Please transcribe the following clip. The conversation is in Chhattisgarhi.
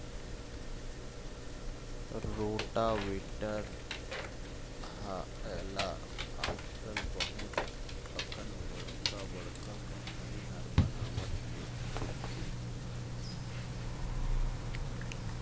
रोटावेटर ल आजकाल बहुत अकन बड़का बड़का कंपनी ह बनावत हे